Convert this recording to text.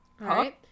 right